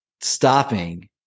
stopping